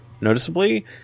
noticeably